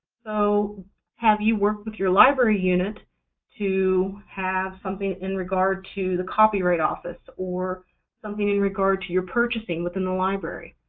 so have you worked with your library unit to have something in regard to the copyright office or something in regard to your purchasing within the library?